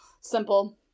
Simple